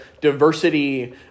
diversity